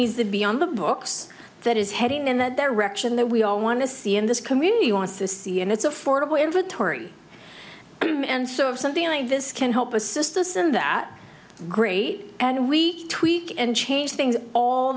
needs to be on the books that is heading in that direction that we all want to see in this community wants to see and it's affordable inventory and so if something like this can help assist us in that great and we tweak and change things all